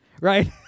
Right